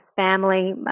family